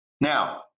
Now